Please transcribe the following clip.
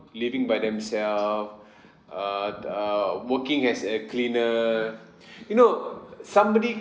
living by themselves uh uh working as a cleaner you know somebody